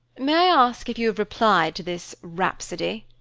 may i ask if you have replied to this rhapsody?